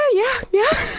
yeah, yeah.